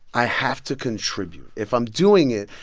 i have to contribute. if i'm doing it,